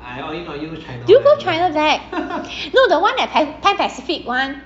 did you go China black no the one at pan pan pacific one